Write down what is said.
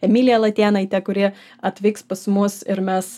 emiliją latėnaitę kuri atvyks pas mus ir mes